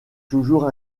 toujours